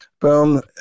boom